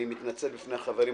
אני מתנצל בפני החברים,